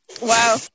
Wow